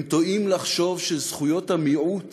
הם טועים לחשוב שזכויות המיעוט